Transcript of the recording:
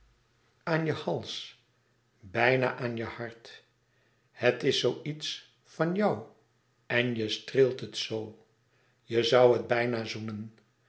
aan je hals bijna aan je hart het is zoo iets van jou en je streelt het zoo je zoû het bijna zoenen